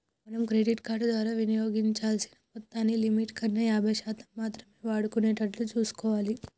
మనం credit card ద్వారా వినియోగించాల్సిన మొత్తాన్ని లిమిట్ కన్నా యాభై శాతం మాత్రమే వాడుకునేటట్లు చూసుకోవాలి